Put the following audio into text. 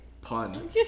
pun